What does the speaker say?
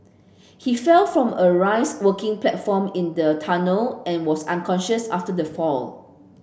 he fell from a raised working platform in the tunnel and was unconscious after the fall